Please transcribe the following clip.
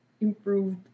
improved